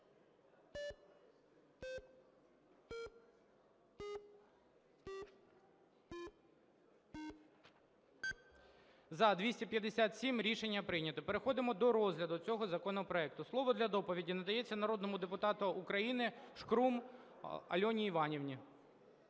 За – 257 Рішення прийнято. Переходимо до розгляду цього законопроекту. Слово для доповіді надається народному депутату України Шкрум Альоні Іванівні.